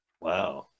Wow